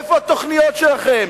איפה התוכניות שלכם?